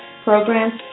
programs